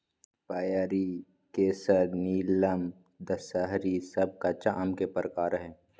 पयरी, केसर, नीलम, दशहरी सब कच्चा आम के प्रकार हय